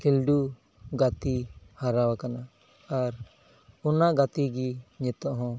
ᱠᱷᱮᱹᱞᱰᱩ ᱜᱟᱛᱮ ᱦᱟᱨᱟᱣᱟᱠᱟᱱᱟ ᱟᱨ ᱚᱱᱟ ᱜᱟᱛᱮ ᱜᱮ ᱱᱤᱛᱚᱜ ᱦᱚᱸ